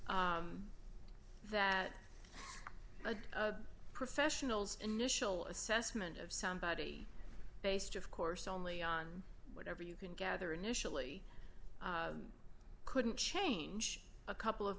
that professionals initial assessment of somebody based of course only on whatever you can gather initially couldn't change a couple of